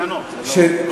זה תקנות, זה לא חוק.